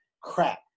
Crap